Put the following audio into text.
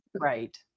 Right